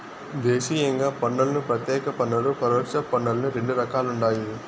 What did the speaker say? దేశీయంగా పన్నులను ప్రత్యేక పన్నులు, పరోక్ష పన్నులని రెండు రకాలుండాయి